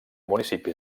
municipi